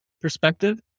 perspective